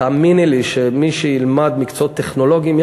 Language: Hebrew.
תאמיני לי שמי שילמד מקצועות טכנולוגיים,